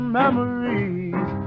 memories